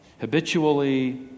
habitually